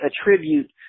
attribute